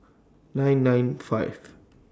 nine nine five